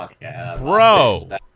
Bro